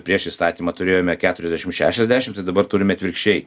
prieš įstatymą turėjome keturiasdešim šešiasdešim tai dabar turime atvirkščiai